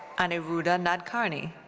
aniruddha nadkarni.